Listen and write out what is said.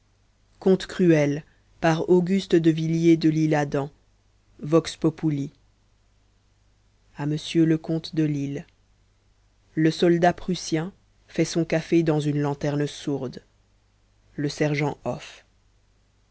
vox populi à monsieur leconte de lisle le soldat prussien fait son café dans une lanterne sourde le sergent hoff